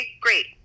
great